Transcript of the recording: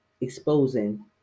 exposing